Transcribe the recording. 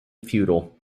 futile